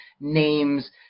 names